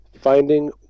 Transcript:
finding